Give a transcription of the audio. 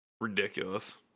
ridiculous